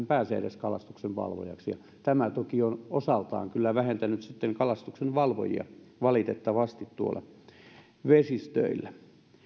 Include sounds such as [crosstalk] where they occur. [unintelligible] pääsee kalastuksenvalvojaksi ja tämä toki on osaltaan kyllä vähentänyt sitten kalastuksenvalvojia valitettavasti tuolla vesistöillä